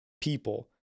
people